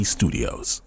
Studios